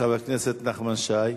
חבר הכנסת נחמן שי.